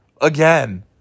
again